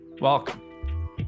Welcome